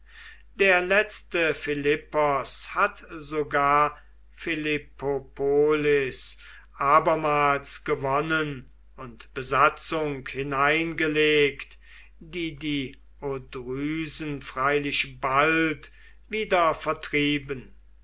der letzte philippos hat sogar philippopolis abermals gewonnen und besatzung hineingelegt die die odrysen freilich bald wieder vertrieben